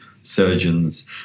surgeons